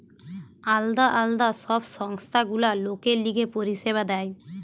আলদা আলদা সব সংস্থা গুলা লোকের লিগে পরিষেবা দেয়